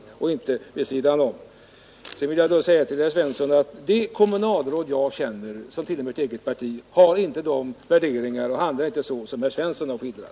Till herr Svensson i Malmö vill jag säga att de kommunalråd jag känner som tillhör mitt eget parti har inte de värderingar och handlar inte så som herr Svensson har skildrat.